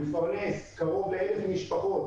מפרנס קרוב ל-1,000 משפחות